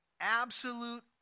absolute